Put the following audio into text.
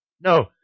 no